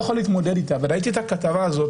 ראיתי את הכתבה הזאת,